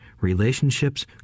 relationships